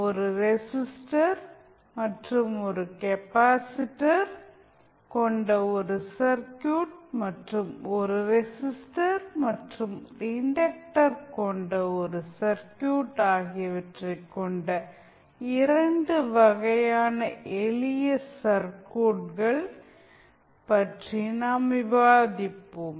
ஒரு ரெசிஸ்டர் மற்றும் கெப்பாசிட்டர் கொண்ட ஒரு சர்க்யூட் மற்றும் ஒரு ரெசிஸ்டர் மற்றும் ஒரு இன்டக்டர் கொண்ட ஒரு சர்க்யூட் ஆகியவற்றைக் கொண்ட இரண்டு வகையான எளிய சர்க்யூட்கள் பற்றி நாம் விவாதிப்போம்